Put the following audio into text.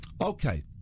Okay